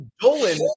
Dolan